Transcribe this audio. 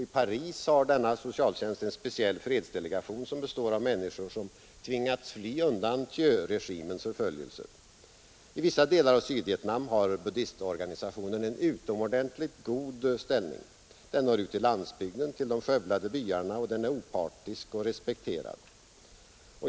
I Paris har denna socialtjänst en speciell fredsdelegation, bestående av människor som tvingats fly under Thieuregimens förföljelser. I vissa delar av Sydvietnam har buddistorganisationen en utomordentligt god ställning. Den når ut till landsbygden, till de skövlade byarna, och den är opartisk och respekterad.